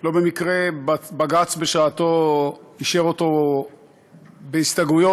לא במקרה בג"ץ בשעתו אישר אותו בהסתייגויות,